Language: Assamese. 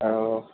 অঁ